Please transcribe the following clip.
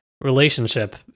relationship